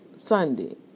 Sunday